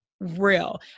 real